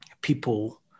people